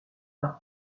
par